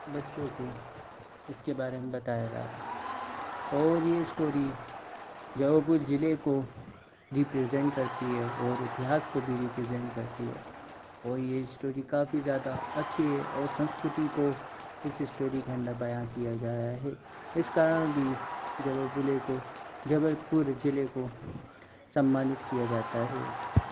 बच्चों को इसके बारे में बताया जा रहा है और ये स्टोरी जबलपुर जिले को रिप्रजेंट करती है और इतिहास को रिप्रजेंट करती है और ये स्टोरी काफ़ी ज़्यादा अच्छी और संस्कृति को इस स्टोरी के अंदर बयां किया गया है इस कारण भी जबलपुर जिले को जबलपुर जिले को सम्मानित किया जाता है